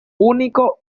único